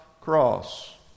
cross